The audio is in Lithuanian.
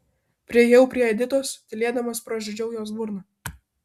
priėjau prie editos tylėdamas pražiodžiau jos burną